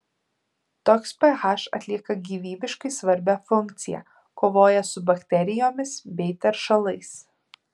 toks ph atlieka gyvybiškai svarbią funkciją kovoja su bakterijomis bei teršalais